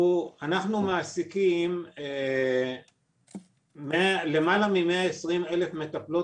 אנחנו מעסיקים למעלה ממאה עשרים אלף מטפלות